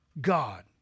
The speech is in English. God